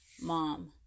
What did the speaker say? mom